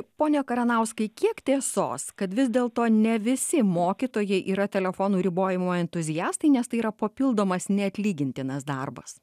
pone karanauskai kiek tiesos kad vis dėlto ne visi mokytojai yra telefonų ribojimo entuziastai nes tai yra papildomas neatlygintinas darbas